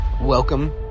Welcome